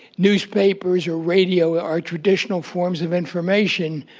newspapers or radio are traditional forms of information,